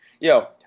Yo